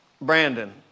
Brandon